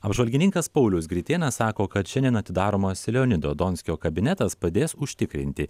apžvalgininkas paulius gritėnas sako kad šiandien atidaromas leonido donskio kabinetas padės užtikrinti